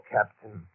Captain